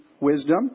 wisdom